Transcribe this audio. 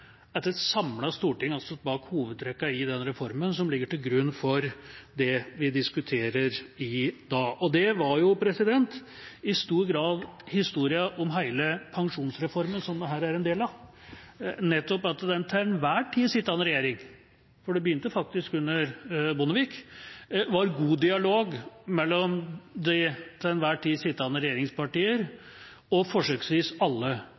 at et samlet storting har stått bak hovedtrekkene i en reform som den som ligger til grunn for det vi diskuterer i dag. Det var i stor grad historien om hele pensjonsreformen, som dette er en del av, at det ved den til enhver tid sittende regjering – for det begynte faktisk under Bondevik – var god dialog mellom de til enhver tid sittende regjeringspartier og forsøksvis alle